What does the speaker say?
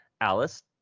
Alice